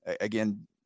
again